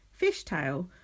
Fishtail